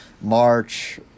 March